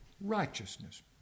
Righteousness